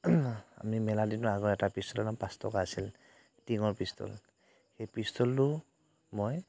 আমি মেলা দিনৰ আগৰ এটা পিষ্টলৰ দাম পাঁচ টকা আছিল টিঙৰ পিষ্টল সেই পিষ্টলটো মই